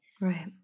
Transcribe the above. right